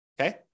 Okay